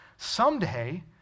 Someday